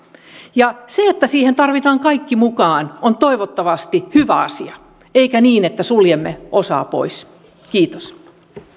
ja se että siihen tarvitaan kaikki mukaan on toivottavasti hyvä asia eikä niin että suljemme osan pois kiitos